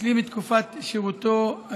שהשלים את תקופת שירות החובה,